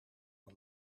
een